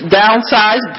downsize